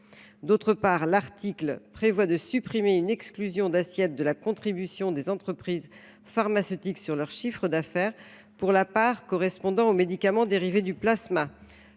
Ensuite, l’article prévoit supprimer une exclusion de l’assiette de la contribution des entreprises pharmaceutiques sur le chiffre d’affaires correspondant aux médicaments dérivés du plasma.